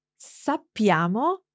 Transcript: sappiamo